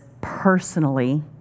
personally